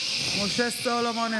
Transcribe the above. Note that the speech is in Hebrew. משה סולומון,